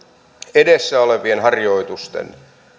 edessä olevien harjoitusten